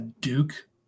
Duke –